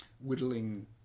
whittling